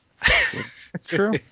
True